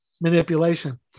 manipulation